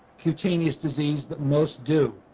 cutaneous disease but most do,